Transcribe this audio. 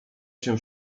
się